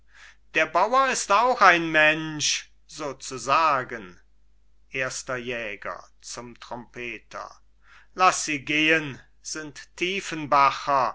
der bauer ist auch ein mensch so zu sagen erster jäger zum trompeter laß sie gehen sind tiefenbacher